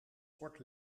kort